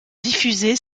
diffuser